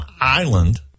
island